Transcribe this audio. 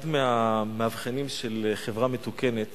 אחד מהמאבחנים של חברה מתוקנת